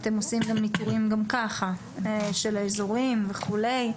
אתם עושים ניטור גם ככה של אזורים וכולי,